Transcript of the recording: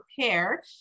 prepare